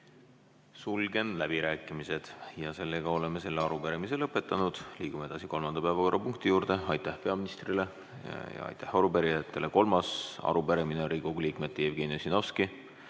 Sulgen läbirääkimised. Oleme selle arupärimise lõpetanud. Liigume edasi kolmanda päevakorrapunkti juurde. Aitäh peaministrile ja aitäh arupärijatele! Kolmas arupärimine on Riigikogu liikmete Jevgeni Ossinovski,